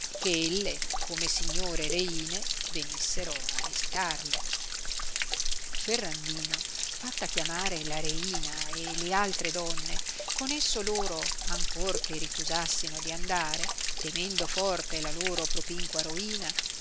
che elle come signore e reine venissero a visitarle ferrandino fatta chiamare la reina e le altre donne con esso loro ancor che ricusassino di andare temendo forte la loro pròpinqua roina